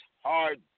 Hard